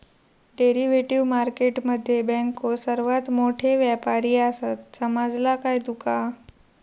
Derivative market मध्ये बँको सर्वात मोठे व्यापारी आसात, समजला काय तुका?